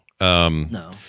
no